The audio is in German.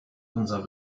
unser